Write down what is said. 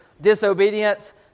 disobedience